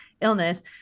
illness